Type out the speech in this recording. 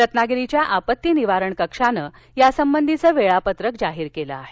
रत्नागिरीच्या आपत्ती निवारण कक्षानं यासंबधीचं वेळापत्रक जाहीर केलं आहे